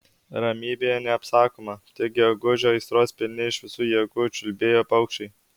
ramybė neapsakoma tik gegužio aistros pilni iš visų jėgų čiulbėjo paukščiai